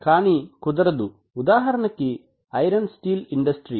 కానీ కుదరదు ఉదాహరణకి ఐరన్ స్టీల్ ఇండస్ట్రీ